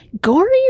Gory